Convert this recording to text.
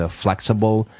：flexible 。